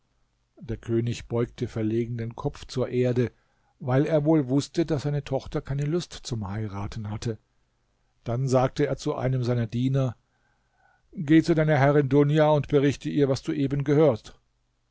der könig beugte verlegen den kopf zur erde weil er wohl wußte daß seine tochter keine lust zum heiraten hatte dann sagte er zu einem seiner diener geb zu deiner herrin dunia und berichte ihr was du eben gehört